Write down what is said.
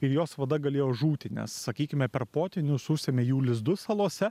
ir jos vada galėjo žūti nes sakykime per potvynius užsemia jų lizdus salose